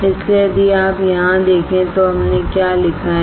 इसलिए यदि आप यहाँ देखें तो हमने क्या लिखा है